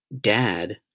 dad